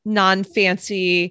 non-fancy